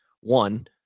one